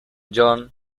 جان